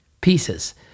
pieces